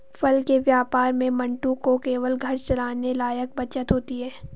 फल के व्यापार में मंटू को केवल घर चलाने लायक बचत होती है